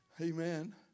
amen